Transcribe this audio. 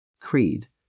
Creed